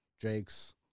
Drake's